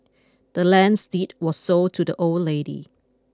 the land's deed were sold to the old lady